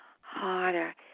harder